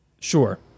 Sure